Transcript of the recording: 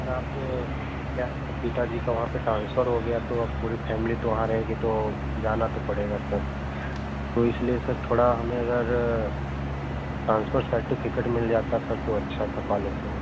sir आपसे वो क्या है कि पिता जी का वहाँ पर ट्रांसफर हो गया तो अब पूरी फैमिली तो वहाँ रहेगी तो जाना तो पड़ेगा सर तो इसलिए सर थोड़ा हमें अगर ट्रांसफर सर्टिफिकेट मिल जाता सर तो अच्छा था कॉलेज से